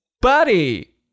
Buddy